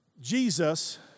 Jesus